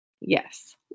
yes